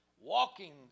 Walking